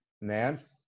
Nance